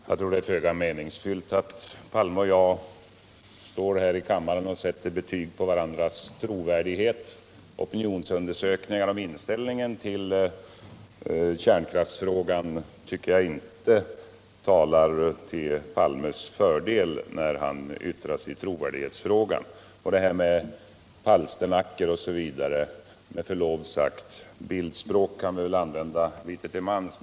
Herr talman! Jag tror att det är föga meningsfyllt att Olof Palme och jag står här i kammaren och sätter betyg på varandras trovärdighet. Opinionsundersökningar om inställningen till kärnkraftsfrågan tycker jag inte talar till Olof Palmes fördel när han yttrar sig i trovärdighetsfrågan. Beträffande talet om palsternackor m.m. så kan vi väl med förlov sagt använda bildspråk litet till mans.